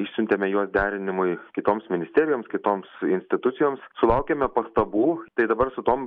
išsiuntėme juos derinimui kitoms ministerijoms kitoms institucijoms sulaukėme pastabų tai dabar su tom